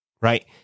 right